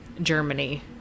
Germany